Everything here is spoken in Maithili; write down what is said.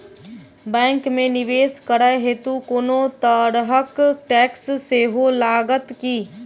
बैंक मे निवेश करै हेतु कोनो तरहक टैक्स सेहो लागत की?